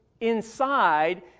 inside